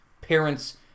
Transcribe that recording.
parents